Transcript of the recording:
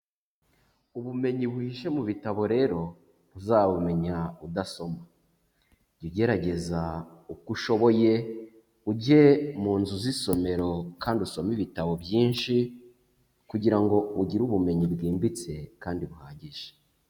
Ubumenyi buhishe mu bitabo rero ntuzabumenya udasoma, jya ugerageza uko ushoboye ujye mu nzu z'isomero kandi usome ibitabo byinshi, kugira ngo ugire ubumenyi bwimbitse kandi buhagije.